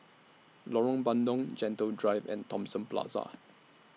Lorong Bandang Gentle Drive and Thomson Plaza